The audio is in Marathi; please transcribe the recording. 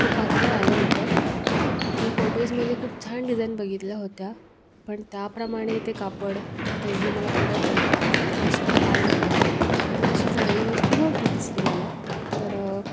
खूप पातळ आलं होतं मी फोटोजमध्ये खूप छान डिजाईन बघितल्या होत्या पण त्या प्रमाणे ते कापड ते जे मला प्रोडक्ट वस्तू आली ती तशी चांगली वस्तू नव्हती दिसली मला तर